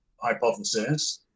hypothesis